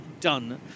done